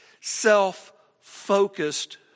self-focused